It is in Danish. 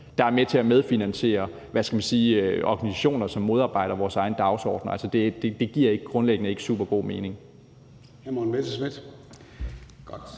som er med til at medfinansiere organisationer, som modarbejder vores egen dagsorden. Det giver grundlæggende ikke supergod mening.